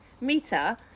meter